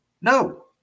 No